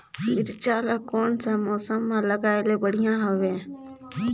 मिरचा ला कोन सा मौसम मां लगाय ले बढ़िया हवे